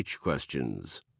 questions